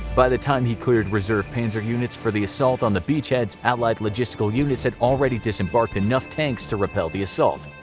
by the time he cleared reserve panzer units for an assault on the beachheads, allied logistical units had already disembarked enough tanks to repel the assault.